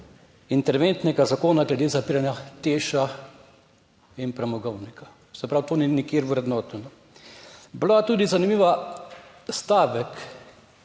interventnega zakona glede zapiranja Teša in premogovnika, se pravi, to ni nikjer vrednoteno. Bila je tudi zanimiva, stavek